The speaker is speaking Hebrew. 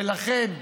ולכן,